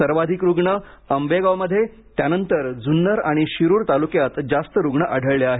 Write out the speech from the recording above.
सर्वाधिक रुग्ण आंबेगावमध्ये त्यानंतर जुन्नर आणि शिरूर तालुक्यात जास्त रुग्ण आढळले आहेत